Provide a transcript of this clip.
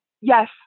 yes